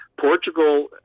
Portugal